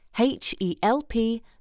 H-E-L-P